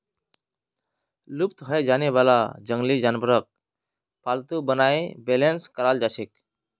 लुप्त हैं जाने वाला जंगली जानवरक पालतू बनाए बेलेंस कराल जाछेक